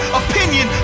opinion